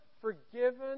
forgiven